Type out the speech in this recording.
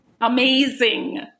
Amazing